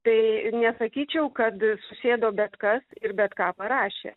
tai nesakyčiau kad susėdo bet kas ir bet ką parašė